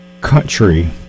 country